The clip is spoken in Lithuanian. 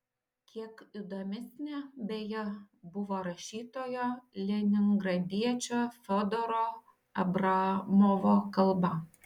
kiek įdomesnė beje buvo rašytojo leningradiečio fiodoro abramovo kalba